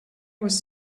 was